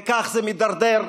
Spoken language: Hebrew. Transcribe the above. וכך זה מידרדר,